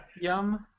Yum